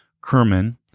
Kerman